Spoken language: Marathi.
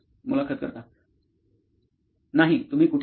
मुलाखत कर्ता मुलाखत कर्ता नाही तुम्ही कुठे लिहता